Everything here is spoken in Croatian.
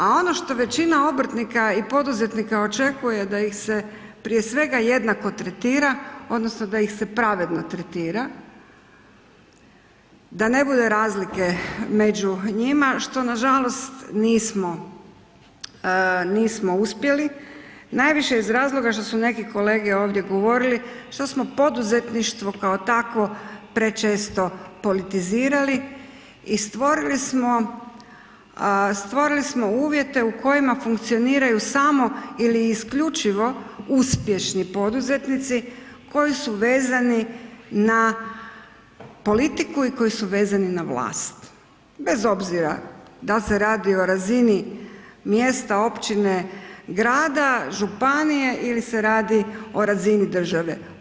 A ono što većina obrtnika i poduzetnika očekuje da ih se prije svega jednako tretira odnosno da ih se pravedno tretira, da ne bude razlike među njima što nažalost nismo uspjeli, najviše iz razloga što su neki kolege ovdje govorili što smo poduzetništvo kao takvo prečesto politizirali i stvorili smo uvjete u kojima funkcioniraju samo ili isključivo uspješni poduzetnici koji su vezani na politiku i koji su vezani na vlast, bez obzira da li se radi o razini mjesta, općine, grada, županije ili se radi o razini države.